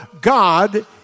God